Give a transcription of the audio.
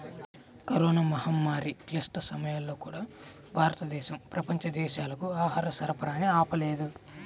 corona మహమ్మారి క్లిష్ట సమయాల్లో కూడా, భారతదేశం ప్రపంచ దేశాలకు ఆహార సరఫరాని ఆపలేదు